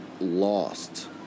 lost